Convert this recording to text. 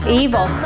evil